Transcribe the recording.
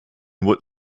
would